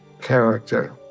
character